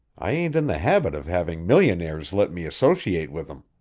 i ain't in the habit of having millionaires let me associate with em.